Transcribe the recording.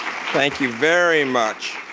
thank you very much.